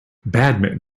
badminton